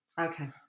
Okay